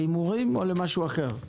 להימורים או למשהו אחר?